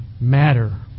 matter